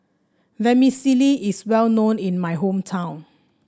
vermicelli is well known in my hometown